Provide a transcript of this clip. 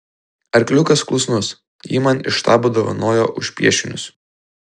arkliukas klusnus jį man iš štabo dovanojo už piešinius